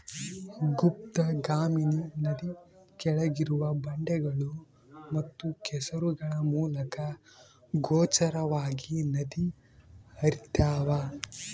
ಗುಪ್ತಗಾಮಿನಿ ನದಿ ಕೆಳಗಿರುವ ಬಂಡೆಗಳು ಮತ್ತು ಕೆಸರುಗಳ ಮೂಲಕ ಅಗೋಚರವಾಗಿ ನದಿ ಹರ್ತ್ಯಾವ